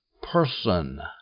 person